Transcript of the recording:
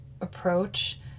approach